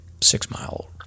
six-mile